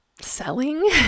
selling